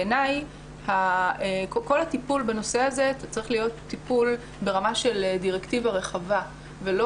בעיניי כל הטיפול בנושא הזה צריך להיות טיפול ברמה של דירקטיבה רחבה ולא